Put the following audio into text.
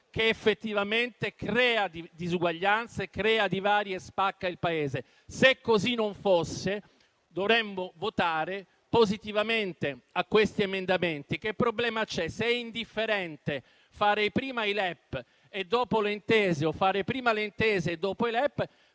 che effettivamente crea disuguaglianza, divari e spacca il Paese. Se così non fosse dovremmo votare positivamente su questi emendamenti. Che problema c'è? Se è indifferente fare prima i LEP e dopo le